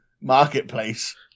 marketplace